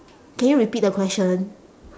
can you repeat the question